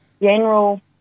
general